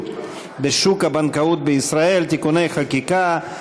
בשוק הבנקאות בישראל (תיקוני חקיקה),